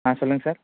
ஆ சொல்லுங்கள் சார்